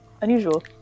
unusual